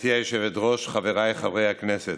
גברתי היושבת-ראש, חבריי חברי הכנסת,